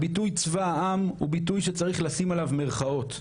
הביטוי "צבא העם" הוא ביטוי שצריך לשים עליו מירכאות.